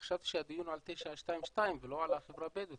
אני חשבתי שהדיון על תוכנית 922 ולא על החברה הבדואית,